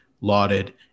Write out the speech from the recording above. lauded